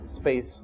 Space